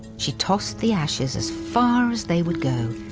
she tossed the ashes as far as they would go,